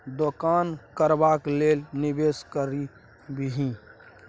दोकान करबाक लेल निवेश करबिही